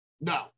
No